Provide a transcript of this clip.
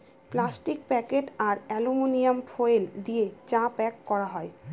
plastic packet আর aluminium foil দিয়ে চা প্যাক করা যায়